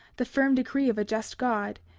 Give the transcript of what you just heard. the firm decree of a just god,